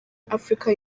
africa